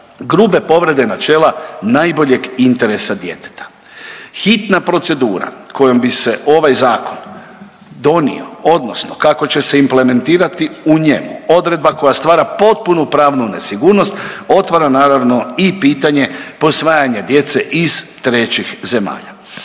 grupe povrede načela najboljeg interesa djeteta. Hitna procedura kojom bi se ovaj zakon donio odnosno kako će se implementirati u njemu odredba koja stvara potpunu pravnu nesigurnost otvara naravno i pitanje posvajanja djece iz trećih zemalja,